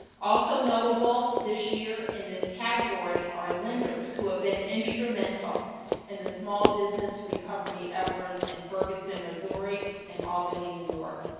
also notable this year in this category are lenders who have been instrumental in the small business recovery efforts in ferguson, missouri and albany, new york.